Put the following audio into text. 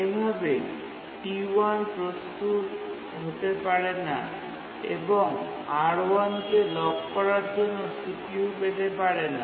এভাবে T1 প্রস্তুত হতে পারে না এবং R1 কে লক করার জন্য CPU পেতে পারে না